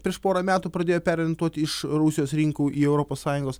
prieš porą metų pradėjo perorientuot iš rusijos rinkų į europos sąjungos